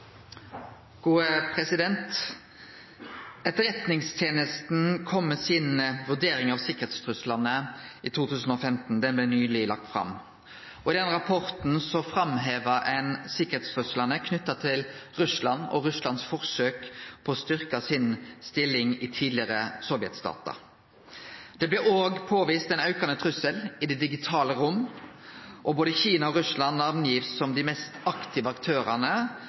den blei nyleg lagd fram. I den rapporten framheva ein sikkerheitstruslane knytte til Russland og Russlands forsøk på å styrkje si stilling i tidlegare sovjetstatar. Det blir òg påvist ein aukande trussel i det digitale rom, og både Kina og Russland blir nemnde som dei mest aktive aktørane